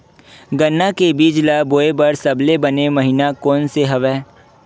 गन्ना के बीज ल बोय बर सबले बने महिना कोन से हवय?